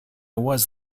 was